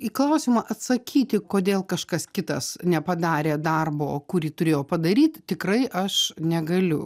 į klausimą atsakyti kodėl kažkas kitas nepadarė darbo kurį turėjo padaryt tikrai aš negaliu